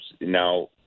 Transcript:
Now